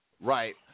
Right